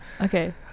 Okay